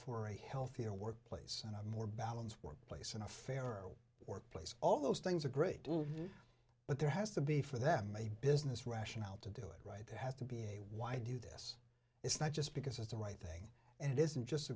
for a healthier workplace and a more balanced workplace and a fairer workplace all those things are great but there has to be for them a business rationale to do it right there has to be a why do this it's not just because it's the right thing and it isn't just